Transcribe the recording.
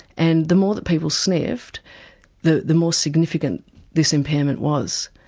and the more that people sniffed the the more significant this impairment was.